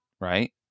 right